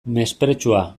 mespretxua